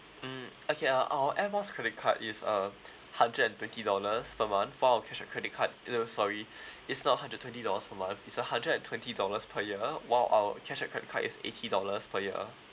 mm okay uh our air miles credit card is uh hundred and twenty dollars per month for our cashback credit card uh sorry it's not hundred twenty dollars per month it's a hundred and twenty dollars per year while our cashback credit card is eighty dollars per year